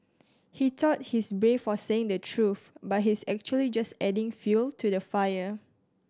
he thought he's brave for saying the truth but he's actually just adding fuel to the fire